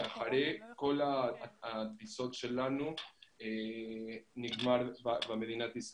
ואחרי כל הטיסות שלנו זה נגמר במדינת ישראל,